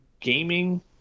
gaming